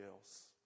else